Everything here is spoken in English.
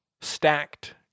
stacked